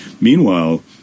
Meanwhile